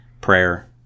prayer